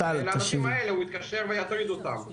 ולאנשים האלה הוא יתקשר ויטריד אותם.